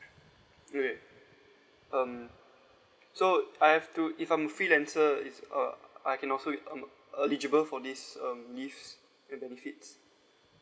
wait wait um so I have to if I'm a freelancer it's uh I can also um eligible for this um leave the benefits